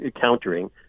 countering